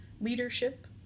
leadership